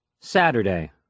Saturday